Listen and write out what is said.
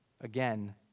again